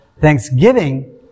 Thanksgiving